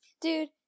Dude